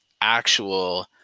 actual